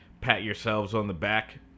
pat-yourselves-on-the-back